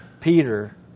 Peter